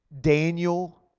Daniel